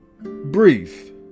brief